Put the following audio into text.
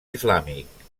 islàmic